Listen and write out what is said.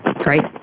Great